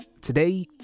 today